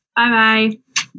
Bye-bye